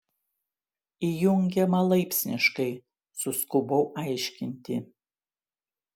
įjungiama laipsniškai suskubau aiškinti